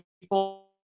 people